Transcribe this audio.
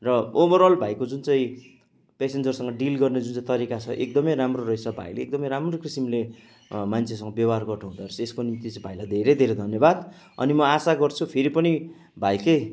र ओभरल भाइको जुन चाहिँ प्यासेन्जरसँग डिल गर्ने जुन चाहिँ तरिका छ एकदमै राम्रो रैछ भाइले एकदमै राम्रो किसिमले मान्छेसँग व्यवहार गर्नुहुँदो रहेछ त्यसको निम्ति चाहिँ भाइलाई धेरै धेरै धन्यवाद अनि म आशा गर्छु फेरि पनि भाइकै